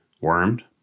wormed